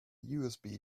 usb